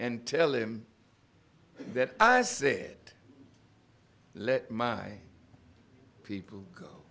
and tell him that i said let my people go